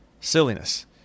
silliness